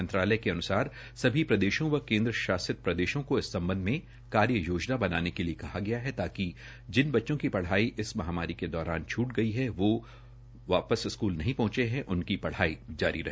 मंत्रालय के अन्सार सभी प्रदेशों व केन्द्र शासित प्रदेशों को इस सम्बध में कार्ययोजना बनाने के लिए कहा गया है ताकि जिन बच्चों की पढ़ाई इस महामारी के दौरान छूट दिये गई है व वो स्कूल वापस नहीं पहुंचे है उनकी पढ़ाई जारी रहे